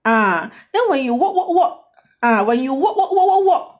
ah then when you walk walk walk ah when you walk walk walk walk walk